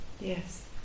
Yes